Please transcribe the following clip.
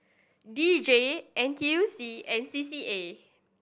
D J N T U C and C C A